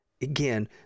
again